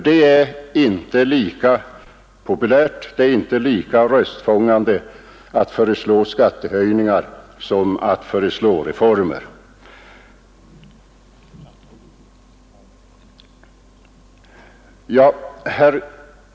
Det är inte lika populärt och röstfångande att föreslå skattehöjningar som att föreslå reformer.